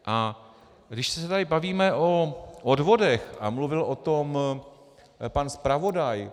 A když se tady bavíme o odvodech, a mluvil o tom pan zpravodaj.